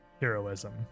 heroism